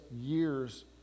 years